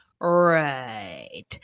Right